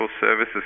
services